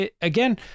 again